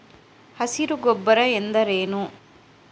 ಹಸಿರು ಗೊಬ್ಬರ ಎಂದರೇನು?